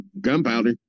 gunpowder